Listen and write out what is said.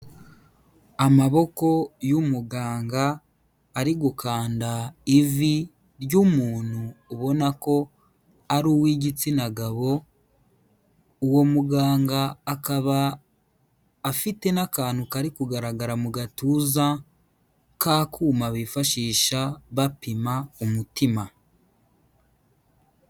Amaboko y'umuganga, ari gukanda ivi ry'umuntu ubona ko ari uw'igitsina gabo, uwo muganga akaba afite n'akantu kari kugaragara mu gatuza k'akuma bifashisha bapima umutima.